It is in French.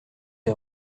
des